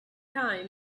time